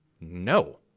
no